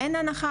אין הנחה,